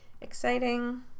exciting